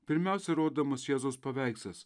pirmiausiai rodomas jėzaus paveikslas